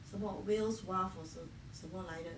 什么 whales wharf 还是什么来的